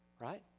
right